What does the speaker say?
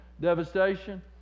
devastation